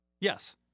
Yes